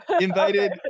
invited